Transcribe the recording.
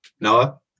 Noah